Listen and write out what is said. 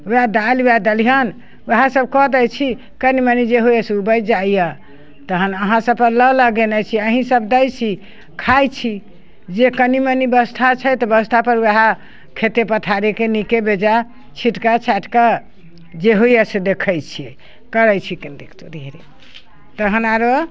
वएह दालि वएह दलिहन वएहसब कऽ दै छी कनि मनि जे होइए से उपजि जाइए तहन अहाँसबपर लऽ लगेने छी अहीँसब दै छी खाइ छी जे कनि मनि बेबस्था छै तऽ बेबस्थापर वएह खेते पथारी कि नीके बेजाइ छीटिकऽ छाटिकऽ जे होइए से देखै छिए करै छी कनि तो धीरे तहन आओर